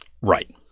Right